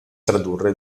tradurre